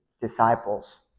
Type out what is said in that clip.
disciples